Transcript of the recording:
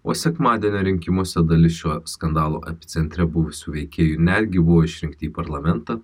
o sekmadienio rinkimuose dalis šio skandalo epicentre buvusių veikėjų netgi buvo išrinkti į parlamentą